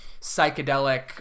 psychedelic